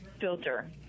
filter